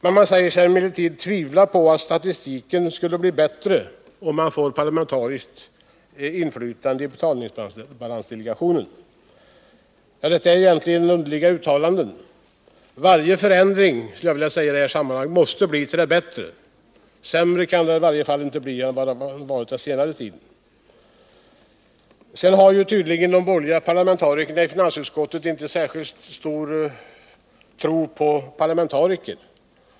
Samtidigt säger man sig emellertid tvivla på att statistiken blir bättre, om man får ett parlamentariskt inflytande i betalningsbalansdelegationen. Detta är egentligen underliga uttalanden. Varje förändringi detta sammanhang måste bli till det bättre. Sämre än det nu är kan det i varje fall inte bli. De borgerliga parlamentarikerna i finansutskottet har tydligen inte särskilt stark tro på parlamentariker.